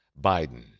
Biden